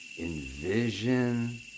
envision